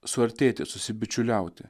suartėti susibičiuliauti